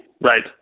right